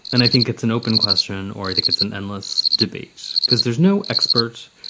and i think it's an open question or i think it's an endless debates because there's no experts,